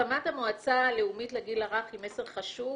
הקמת המועצה הלאומית לגיל הרך היא מסר חשוב,